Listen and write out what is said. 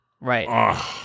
Right